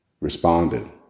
responded